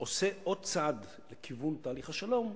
עוד צעד לכיוון תהליך השלום,